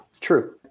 True